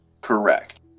Correct